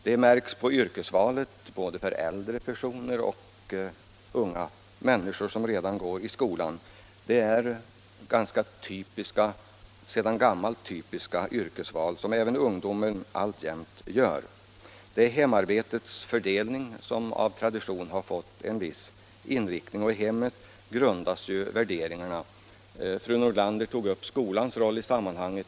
Det märks på yrkesvalet både hos äldre personer och hos unga människor som ännu går i skolan. Det är sedan gammalt typiska yrkesval som ungdomen alltjämt gör. De gamla värderingarna följes av hemarbetets fördelning, som av tradition fått en viss inriktning. Det är ju i hemmet som värderingarna grundas. Fru Nordlander tog upp skolans roll i sammanhanget.